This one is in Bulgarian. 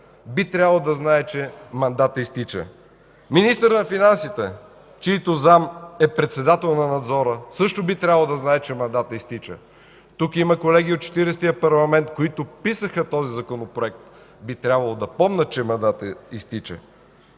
Би трябвало да знае, че мандатът изтича. Министърът на финансите, чийто заместник е председател на Надзора, също би трябвало да знае, че мандатът изтича. Тук има колеги от Четиридесетия парламент, които писаха този Законопроект. Би трябвало да помнят, че мандатът изтича.